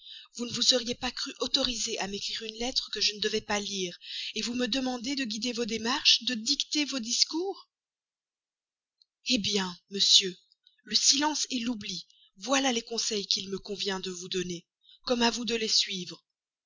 vous ne vous seriez pas cru autorisé à m'écrire une lettre que je ne devais pas lire vous me demandez de guider vos démarches de dicter vos discours hé bien monsieur le silence l'oubli voilà les conseils qu'il me convient de vous donner comme à vous de suivre